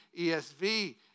ESV